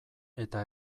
eta